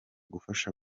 gufasha